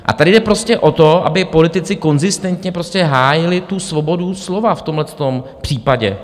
A tady jde prostě o to, aby politici konzistentně prostě hájili tu svobodu slova v tomto případě.